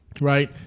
right